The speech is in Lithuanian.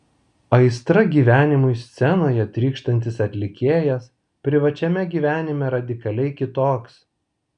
aistra gyvenimui scenoje trykštantis atlikėjas privačiame gyvenime radikaliai kitoks